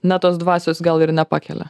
na tos dvasios gal ir nepakelia